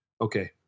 Okay